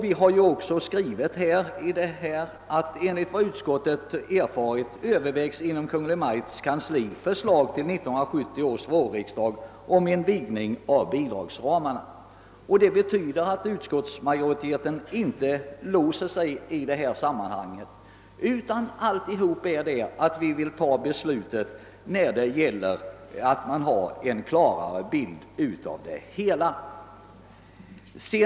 Vi har också skrivit i vårt utlåtande: >Enligt vad utskottet erfarit övervägs inom Kungl. Maj:ts kansli förslag till 1970 års vårriksdag om en vidgning av bidragsramen.» Det betyder att utskottsmajoriteten inte låser sig i detta sammanhang; vi vill helt enkelt fatta beslutet när vi har en klarare bild av det hela.